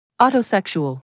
Autosexual